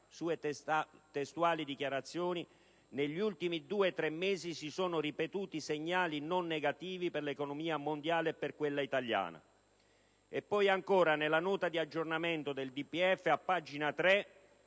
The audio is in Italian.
(sue testuali dichiarazioni): «Negli ultimi due o tre mesi si sono ripetuti segnali non negativi per l'economia mondiale e per quella italiana». Poi, ancora, nella Nota di aggiornamento al Documento